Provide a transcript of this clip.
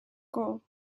kool